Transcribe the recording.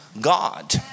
God